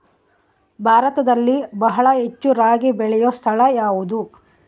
ಭಾರತದಲ್ಲಿ ಬಹಳ ಹೆಚ್ಚು ರಾಗಿ ಬೆಳೆಯೋ ಸ್ಥಳ ಯಾವುದು?